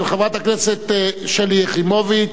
של חברת הכנסת שלי יחימוביץ,